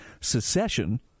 secession